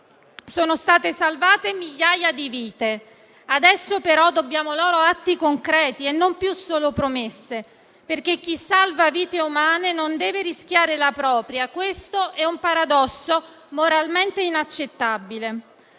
sono state salvate migliaia di vite. Adesso, però, dobbiamo loro atti concreti e non più solo promesse, perché chi salva vite umane non deve rischiare la propria. Questo è un paradosso moralmente inaccettabile.